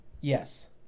Yes